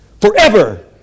forever